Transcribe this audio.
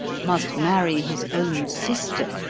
must marry his own sister,